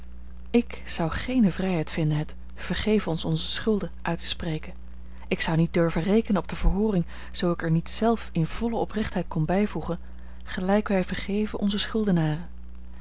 ik zou geene vrijheid vinden het vergeef ons onze schulden uit te spreken ik zou niet durven rekenen op de verhooring zoo ik er niet zelf in volle oprechtheid kon bijvoegen gelijk wij vergeven onze